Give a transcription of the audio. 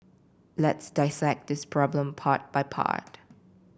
let's dissect this problem part by part